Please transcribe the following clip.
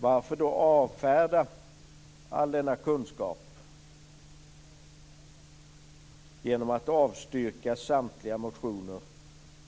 Varför då avfärda all denna kunskap genom att avstyrka samtliga motioner,